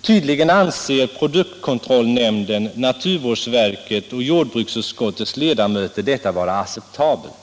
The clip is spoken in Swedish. Tydligen anser produktkontrollnämnden, naturvårdsverket och jordbruksutskottets ledamöter detta vara acceptabelt.